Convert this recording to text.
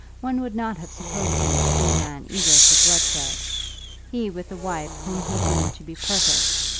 one would not have supposed him to be a man eager for bloodshed he with a wife whom he deemed to be perfect,